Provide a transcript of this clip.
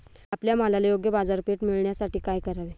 आपल्या मालाला योग्य बाजारपेठ मिळण्यासाठी काय करावे?